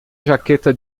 jaqueta